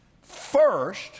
first